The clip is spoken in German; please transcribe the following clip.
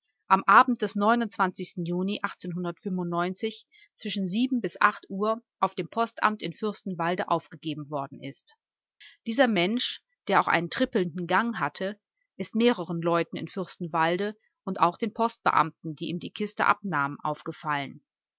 am abend des juni zwischen bis uhr auf dem postamt in fürstenwalde aufgegeben worden ist dieser mensch der auch einen trippelnden gang hatte ist mehreren leuten in fürstenwalde und auch den postbeamten die ihm die kiste abnahmen aufgefallen